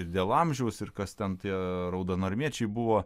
ir dėl amžiaus ir kas ten tie raudonarmiečiai buvo